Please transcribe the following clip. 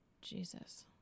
Jesus